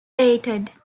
weighted